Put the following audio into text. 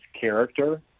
character